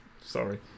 Sorry